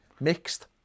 mixed